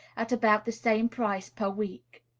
at about the same price per week.